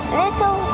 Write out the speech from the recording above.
little